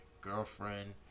girlfriend